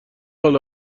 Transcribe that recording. حال